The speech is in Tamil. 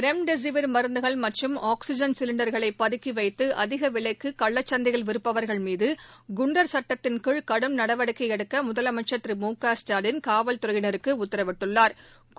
ரெம்டெசிவர் மருந்துகள் மற்றும் ஆக்சிஜன் சிலின்டர்களை பதுக்கி வைத்து அதிக விலைக்கு கள்ளச்சந்தையில் விற்பவர்கள் மீது குண்டர் சட்டத்தின் கீழ் கடும் நடவடிக்கை எடுக்க முதலனமச்சர் திரு முக ஸ்டாலின்காவல்துறையினருக்கு உத்தவிட்டுள்ளா்